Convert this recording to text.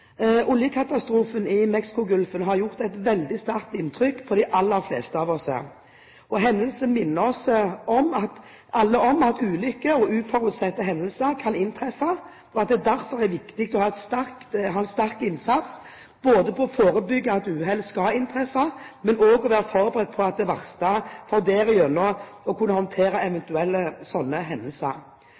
Oljekatastrofen i Mexicogolfen har gjort et veldig sterkt inntrykk på de aller fleste av oss. Hendelsen minner oss alle om at ulykker og uforutsette hendelser kan inntreffe, og at det derfor er viktig å ha en sterk innsats på å forebygge at uhell skal inntreffe, men også å være forberedt på det verste for derigjennom å kunne håndtere eventuelle slike hendelser.